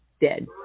dead